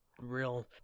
real